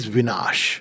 Vinash